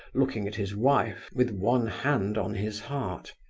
looking at his wife, with one hand on his heart.